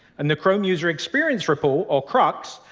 and the chrome user experience report, or crux,